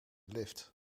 lift